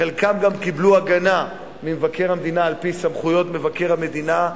חלקם גם קיבלו הגנה על-פי סמכויות מבקר המדינה,